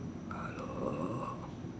a lot